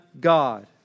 God